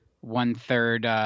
one-third